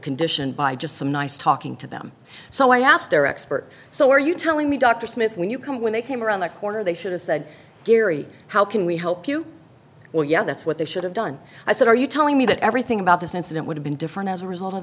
condition by just some nice talking to them so i asked their expert so why are you telling me dr smith when you can when they came around the corner they should've said gary how can we help you well yeah that's what they should have done i said are you telling me that everything about this incident would have been different as a result of